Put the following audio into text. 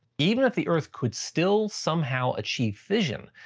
even if the earth could still somehow achieve fission,